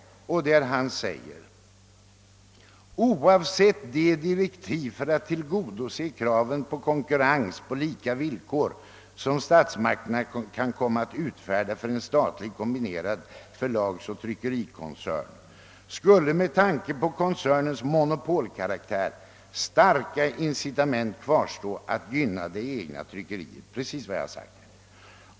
Näringsfrihetsombudsmannen anför: »Oavsett de direktiv för att tillgodose kraven på konkurrens på lika villkor som statsmakterna kan komma att utfärda för en statlig kombinerad förlagsoch tryckerikoncern, skulle med tanke på koncernens monopolkaraktär starka incitament kvarstå att gynna det egna tryckeriet.» — Det är precis vad jag har sagt.